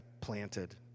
planted